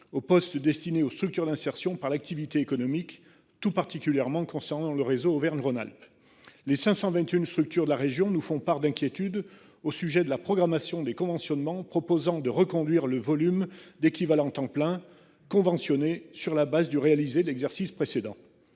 aux postes destinées aux structures d’insertion par l’activité économique. Elle concerne tout particulièrement le réseau Auvergne Rhône Alpes. Les 521 structures de la région font part d’inquiétudes au sujet de la programmation des conventionnements proposant de reconduire le volume d’équivalent temps plein (ETP) conventionné sur la base du réalisé de l’exercice précédent.